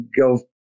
Go